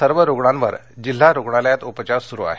सर्व रुग्णांवर जिल्हा रुग्णालयात उपचार सुरू आहेत